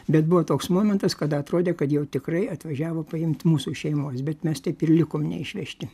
bet buvo toks momentas kada atrodė kad jau tikrai atvažiavo paimt mūsų šeimos bet mes taip ir likom neišvežti